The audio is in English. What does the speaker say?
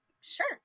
sure